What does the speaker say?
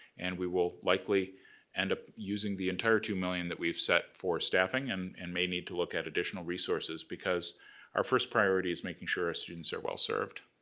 and we will likely end up using the entire two million that we've set for staffing, and and may need to look at additional resources because our first priority is making sure our students are well-served.